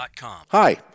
Hi